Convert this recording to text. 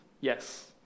Yes